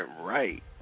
right